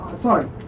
Sorry